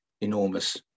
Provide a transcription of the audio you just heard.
enormous